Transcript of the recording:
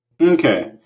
Okay